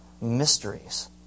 mysteries